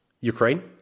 ukraine